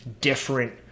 different